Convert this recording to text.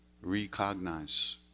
recognize